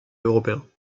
européens